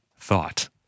thought